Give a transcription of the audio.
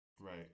right